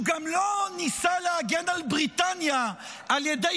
הוא גם לא ניסה להגן על בריטניה על ידי